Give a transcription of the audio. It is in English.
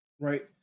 right